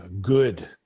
good